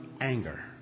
anger